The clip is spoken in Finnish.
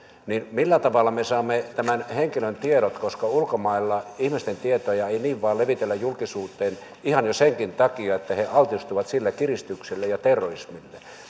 niin millä tavalla me saamme tämän henkilön tiedot koska ulkomailla ihmisten tietoja ei niin vain levitellä julkisuuteen ihan jo senkin takia että he altistuvat sillä kiristykselle ja terrorismille